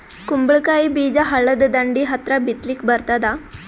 ಕುಂಬಳಕಾಯಿ ಬೀಜ ಹಳ್ಳದ ದಂಡಿ ಹತ್ರಾ ಬಿತ್ಲಿಕ ಬರತಾದ?